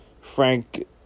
Frank